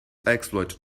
exploit